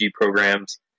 programs